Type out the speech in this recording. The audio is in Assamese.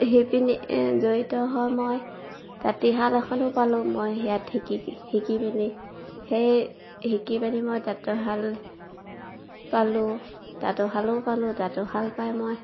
শিপিনী জড়িত হৈ মই তাঁতীশাল এখনো পালোঁ মই সিয়াত শিকি শিকি মেলি সেই শিকি পিনি মই তাঁতৰ শাল পালোঁ তাঁতৰ শালো পালোঁ তাঁতৰ শাল পাই মই